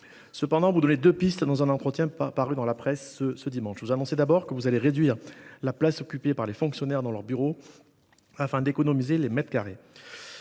Vous donnez deux pistes dans un entretien paru dans la presse ce dimanche. Vous annoncez d’abord que vous allez réduire la place occupée par les fonctionnaires dans leurs bureaux afin d’économiser des mètres carrés